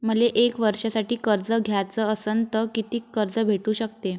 मले एक वर्षासाठी कर्ज घ्याचं असनं त कितीक कर्ज भेटू शकते?